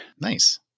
Nice